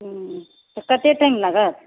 हुँ तऽ कते टाइम लागत